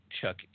Chuck